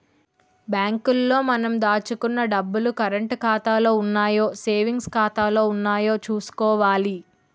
bank లో మనం దాచుకున్న డబ్బులు కరంటు ఖాతాలో ఉన్నాయో సేవింగ్స్ ఖాతాలో ఉన్నాయో చూసుకోవాలి